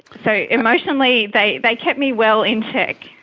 so emotionally they they kept me well in check.